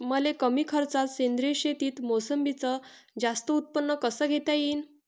मले कमी खर्चात सेंद्रीय शेतीत मोसंबीचं जास्त उत्पन्न कस घेता येईन?